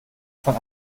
von